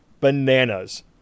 Bananas